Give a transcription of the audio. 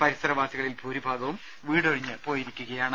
പരിസരവാസികളിൽ ഭൂരിഭാഗവും വീടൊഴിഞ്ഞു പോയ്യിരിക്കയാണ്